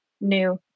new